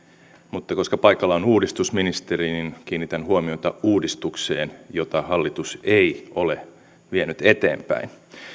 mutta koska paikalla on uudistusministeri niin kiinnitän huomiota uudistukseen jota hallitus ei ole vienyt eteenpäin